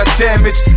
damage